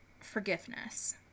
forgiveness